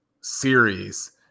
series